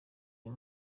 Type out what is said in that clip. uyu